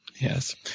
Yes